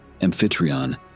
Amphitryon